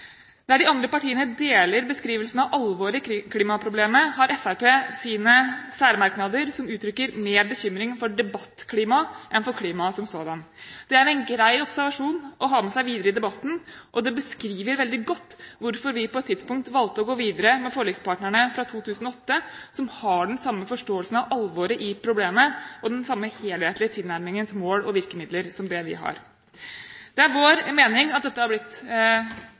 Der de andre partiene deler beskrivelsen av alvoret i klimaproblemet, har Fremskrittspartiet sine særmerknader, som uttrykker mer bekymring for debattklimaet enn for klimaet som sådan. Det er en grei observasjon å ha med seg videre i debatten, og det beskriver veldig godt hvorfor vi på et tidspunkt valgte å gå videre med forlikspartnerne fra 2008, som har den samme forståelsen av alvoret i problemet og den samme helhetlige tilnærmingen til mål og virkemidler som det vi har. Det er vår mening at dette har blitt